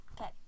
Okay